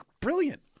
brilliant